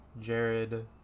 Jared